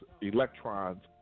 electrons